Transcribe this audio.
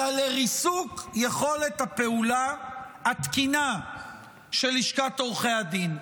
אלא לריסוק יכולת הפעולה התקינה של לשכת עורכי הדין.